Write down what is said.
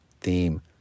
theme